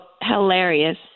hilarious